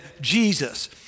Jesus